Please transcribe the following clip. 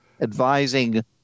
advising